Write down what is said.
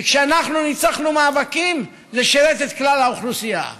כי כשאנחנו ניצחנו מאבקים זה שירת את כלל האוכלוסייה,